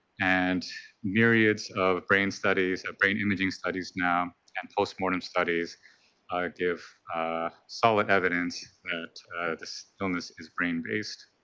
and myriads of brain studies or brain imagine studies now and post-mortem studies ah give ah solid evidence that this illness is brain based.